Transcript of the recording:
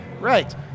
right